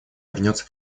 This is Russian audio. вернется